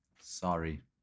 Sorry